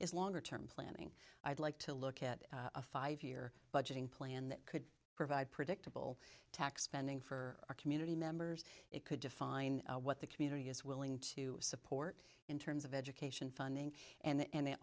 is longer term planning i'd like to look at a five year budgeting plan that could provide predictable tax fending for our community members it could define what the community is willing to support in terms of education funding and